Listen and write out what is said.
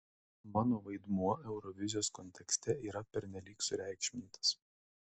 mano vaidmuo eurovizijos kontekste yra pernelyg sureikšmintas